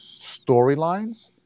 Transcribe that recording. storylines